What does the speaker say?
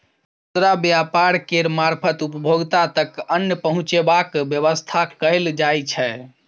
खुदरा व्यापार केर मारफत उपभोक्ता तक अन्न पहुंचेबाक बेबस्था कएल जाइ छै